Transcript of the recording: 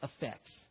effects